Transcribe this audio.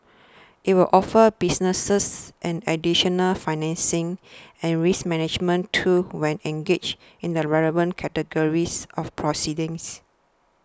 it will offer businesses an additional financing and risk management tool when engaged in the relevant categories of proceedings